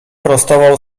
prostował